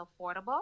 affordable